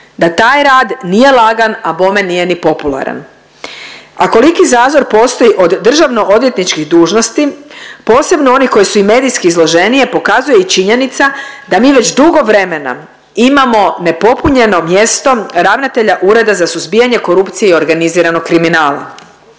da taj rad nije lagan, a bome nije ni popularan. A koliki zazor postoji od državno odvjetničkih dužnosti posebno onih koje su i medijski izloženije pokazuje i činjenica da mi već dugo vremena imamo nepopunjeno mjesto ravnatelja Ureda za suzbijanje korupcije i organiziranog kriminala.